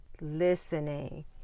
listening